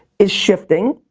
is shifting,